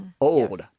Old